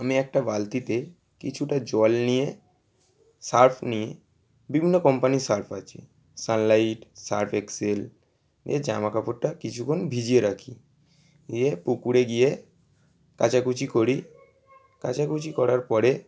আমি একটা বালতিতে কিছুটা জল নিয়ে সার্ফ নিয়ে বিভিন্ন কোম্পানির সার্ফ আছে সানলাইট সার্ফ এক্সেল দিয়ে জামা কাপড়টা কিছুক্ষণ ভিজিয়ে রাখি দিয়ে পুকুরে গিয়ে কাচাকুচি করি কাচাকুচি করার পরে